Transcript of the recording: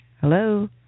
Hello